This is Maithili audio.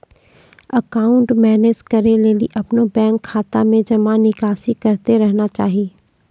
अकाउंट मैनेज करै लेली अपनो बैंक खाता मे जमा निकासी करतें रहना चाहि